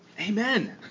Amen